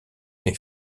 les